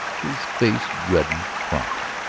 whose face reddened promptly.